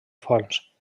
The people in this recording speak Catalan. fonts